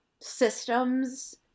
systems